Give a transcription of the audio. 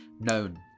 known